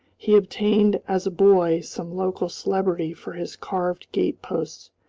he obtained, as a boy, some local celebrity for his carved gate posts,